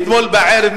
מאתמול בערב,